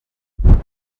answered